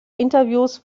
interviews